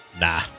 Nah